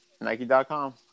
Nike.com